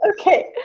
Okay